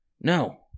No